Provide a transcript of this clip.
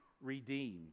redeemed